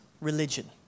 religion